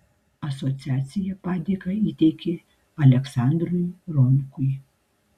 asociacija padėką įteikė aleksandrui ronkui